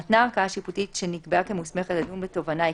נתנה הערכאה השיפוטית שנקבעה כמוסמכת לדון בתובענה העיקרית,